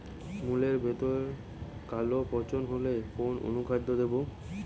মুলোর ভেতরে কালো পচন হলে কোন অনুখাদ্য দেবো?